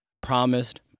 promised